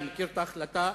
אני מכיר את ההחלטה,